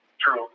True